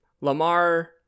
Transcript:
Lamar